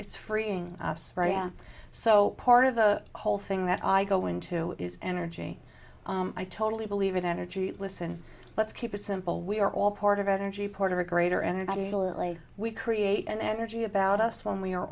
it's freeing so part of the whole thing that i go into is energy i totally believe in energy listen let's keep it simple we are all part of energy porter a greater energy is a little we create an energy about us when we're